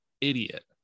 idiot